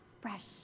fresh